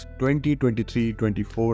2023-24